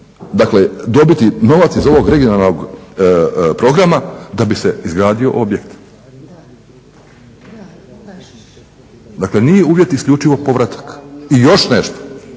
može dobiti novac iz ovog regionalnog programa da bi se izgradio objekt. Dakle, nije uvjet isključivo povratak. I još nešto,